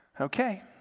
Okay